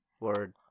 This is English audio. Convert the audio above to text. Word